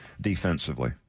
defensively